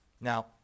Now